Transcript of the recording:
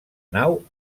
nau